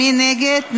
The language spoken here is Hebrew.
מי נגד?